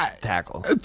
tackle